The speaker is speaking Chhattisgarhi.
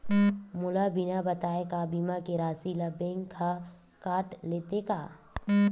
मोला बिना बताय का बीमा के राशि ला बैंक हा कत लेते का?